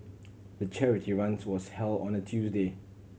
the charity runs was held on a Tuesday